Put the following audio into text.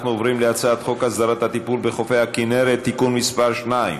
אנחנו עוברים להצעת חוק הסדרת הטיפול בחופי הכינרת (תיקון מס' 2),